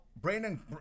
Brandon